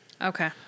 okay